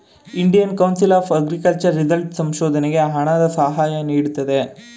Indian council of agriculture result ಸಂಶೋಧನೆಗೆ ಹಣದ ಸಹಾಯ ನೀಡುತ್ತದೆ